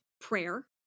prayer